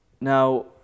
Now